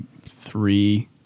three